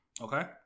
Okay